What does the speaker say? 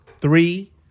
three